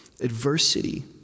adversity